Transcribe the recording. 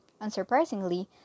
Unsurprisingly